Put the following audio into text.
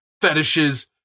fetishes